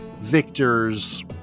Victor's